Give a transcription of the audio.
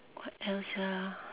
what else ah